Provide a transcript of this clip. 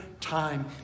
time